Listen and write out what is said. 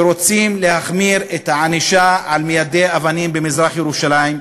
שרוצים להחמיר את הענישה על מיידי האבנים במזרח-ירושלים.